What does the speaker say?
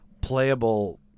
playable